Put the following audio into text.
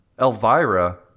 Elvira